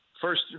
First